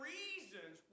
reasons